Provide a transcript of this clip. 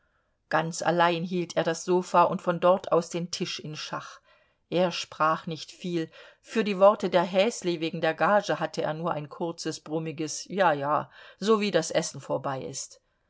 ganz allein hielt er das sofa und von dort aus den tisch in schach er sprach nicht viel für die worte der häsli wegen der gage hatte er nur ein kurzes brummiges ja ja sowie das essen vorbei ist